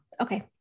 okay